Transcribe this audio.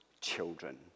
children